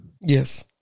Yes